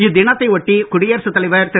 இத்தினத்தை ஒட்டி குடியரசுத் தலைவர் திரு